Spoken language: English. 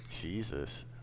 Jesus